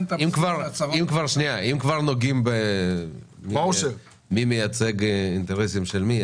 אם כבר נוגעים בשאלה מי מייצג אינטרסים של מי,